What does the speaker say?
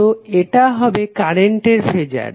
তো এটা হবে কারেন্টের ফেজার